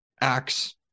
Acts